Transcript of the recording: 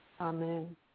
Amen